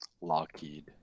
lockheed